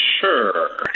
sure